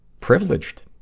privileged